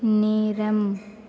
நேரம்